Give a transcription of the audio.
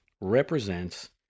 represents